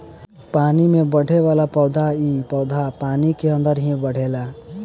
पानी में बढ़ेवाला पौधा इ पौधा पानी के अंदर ही बढ़ेला